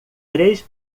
três